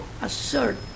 assert